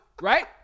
right